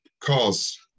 cause